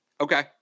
Okay